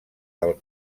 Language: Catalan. del